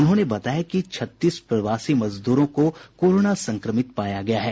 उन्होंने बताया कि छत्तीस प्रवासी मजदूरों को कोरोना संक्रमित पाया गया है